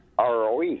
ROE